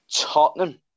Tottenham